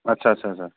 आच्चा आच्चा